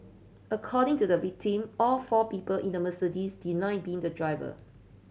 according to the victim all four people in the Mercedes denied being the driver